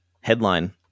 headline